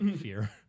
fear